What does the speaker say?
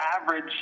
average